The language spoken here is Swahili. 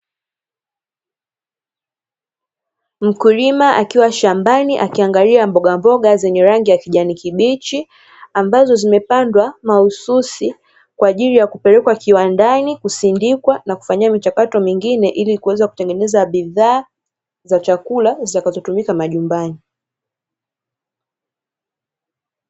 Mkulima akiwa shambani, akiangalia mbogamboga zenye rangi ya kijani kibichi, ambazo zilizopandwa mahususi kwa ajili ya kupelekwa kiwandani kusindikwa na kufanyiwa michakato mingine, ili kuweza kutengenezwa bidhaa za chakula zitakazotumika majumbani.